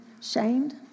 shamed